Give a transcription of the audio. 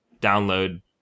download